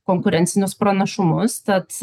konkurencinius pranašumus tad